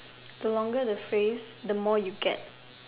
the longer the phrase the more you get